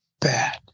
bad